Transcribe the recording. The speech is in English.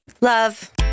Love